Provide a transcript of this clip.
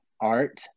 art